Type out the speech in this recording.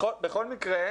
בכל מקרה,